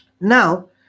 Now